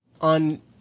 on